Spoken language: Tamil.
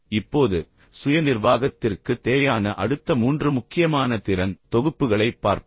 இப்போது சுய நிர்வாகத்திற்குத் தேவையான அடுத்த மூன்று முக்கியமான திறன் தொகுப்புகளைப் பார்ப்போம்